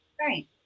Right